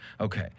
Okay